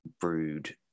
brewed